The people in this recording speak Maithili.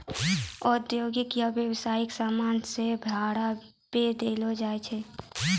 औद्योगिक या व्यवसायिक समान सेहो भाड़ा पे देलो जाय छै